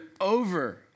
over